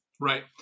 Right